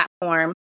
platform